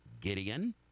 Gideon